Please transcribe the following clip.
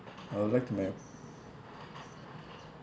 I'll like to my